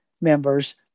members